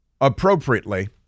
appropriately